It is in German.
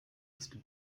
ist